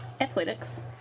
Athletics